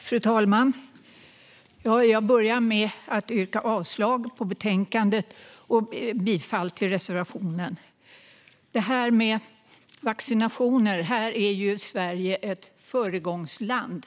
Fru talman! Jag börjar med att yrka avslag på förslaget i betänkandet och bifall till reservationen. När det gäller vaccinationer är Sverige ett föregångsland.